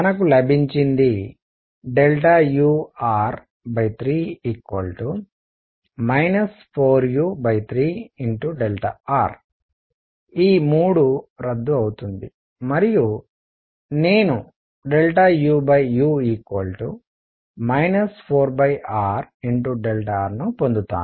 మనకు లభించింది ur3 4u3r ఈ 3 రద్దు అవుతుంది మరియు నేను uu 4rrను పొందుతాను